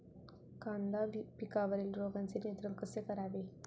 कांदा पिकावरील रोगांचे नियंत्रण कसे करावे?